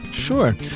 Sure